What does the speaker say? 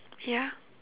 ya